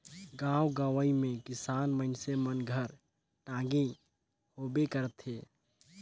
गाँव गंवई मे किसान मइनसे मन घर टागी होबे करथे